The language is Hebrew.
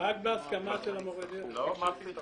רק בהסכמה של מורה הדרך.